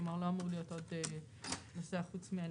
כלומר, לא אמור להיות עוד נוסע, חוץ מהנהג.